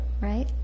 right